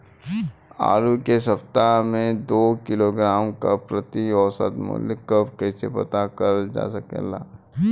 आलू के सप्ताह में दो किलोग्राम क प्रति औसत मूल्य क कैसे पता करल जा सकेला?